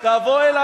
אתה שקרן.